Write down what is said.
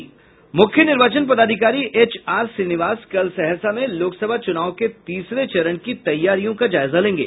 मुख्य निर्वाचन पदाधिकारी एच आर श्रीनिवास कल सहरसा में लोकसभा चुनाव के तीसरे चरण की तैयारियों का जायजा लेंगे